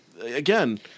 again